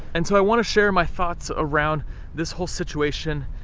and so i wanna share my thoughts around this whole situation,